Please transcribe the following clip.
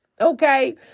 Okay